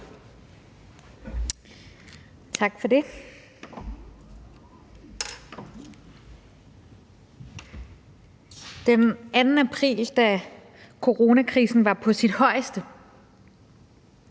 Tak for det. Den 2. april, da coronakrisen var på sit højeste